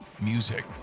Music